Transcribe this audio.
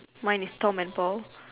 mine is Tom and Paul